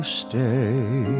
stay